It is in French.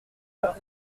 pour